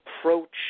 approach